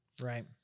Right